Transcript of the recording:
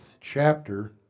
chapter